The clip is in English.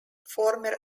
former